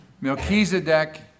Melchizedek